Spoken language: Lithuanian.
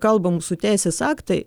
kalba mūsų teisės aktai